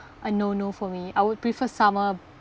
a no no for me I would prefer summer